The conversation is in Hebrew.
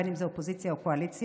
אם זה אופוזיציה ואם זה קואליציה.